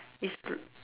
is the